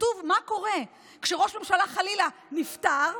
כתוב מה קורה כשראש ממשלה חלילה נפטר.